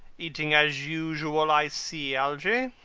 eating as usual, i see, algy!